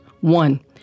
One